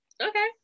okay